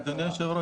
אדוני היושב-ראש,